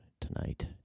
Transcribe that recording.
tonight